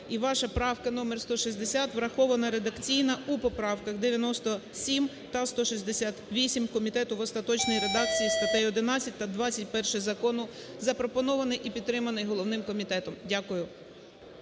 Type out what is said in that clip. ваша правка номер 160 врахована редакційно у поправках 97 та 168 комітету, в остаточній редакції статей 11 та 21 закону, запропонованій і підтриманий головним комітетом. Дякую.